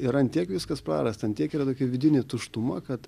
yra ant tiek viskas prarasta ant tiek yra tokia vidinė tuštuma kad